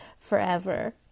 forever